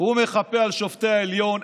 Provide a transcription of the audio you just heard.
הוא מחפה על שופטי העליון,